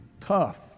tough